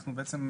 אנחנו בעצם,